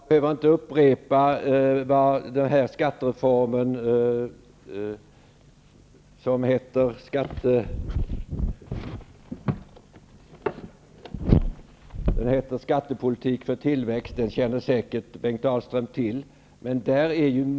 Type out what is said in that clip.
Fru talman! Jag behöver inte upprepa vilka reformer som föreslås i Skattepolitik för tillväxt -- den känner Bengt Dalström säkert till.